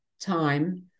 time